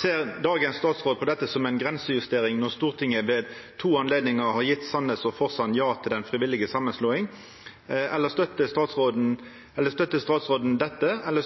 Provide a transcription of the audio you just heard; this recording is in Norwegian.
Ser statsråden på dette som en grensejustering når Stortinget ved to anledninger har gitt Sandnes og Forsand ja til den frivillige sammenslåingen, og støtter statsråden dette eller